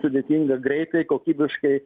sudėtinga greitai kokybiškai